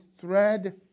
thread